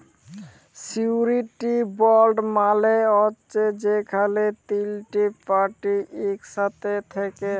surety bond মালে হছে যেখালে তিলটে পার্টি ইকসাথে থ্যাকে